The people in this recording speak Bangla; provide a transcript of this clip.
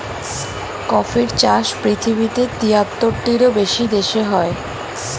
কফির চাষ পৃথিবীতে তিয়াত্তরটিরও বেশি দেশে হয়